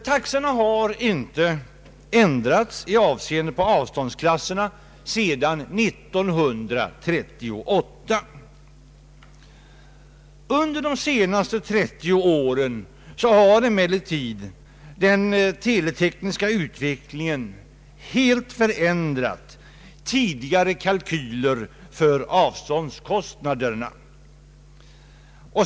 Taxorna har inte ändrats i avseende på avståndsklasserna sedan 1938. Under de senaste 30 åren har emellertid den teletekniska utvecklingen helt förändrat tidigare kalkyler för avståndskostnaderna.